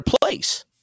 place